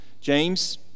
James